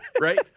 right